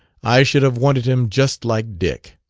i should have wanted him just like dick.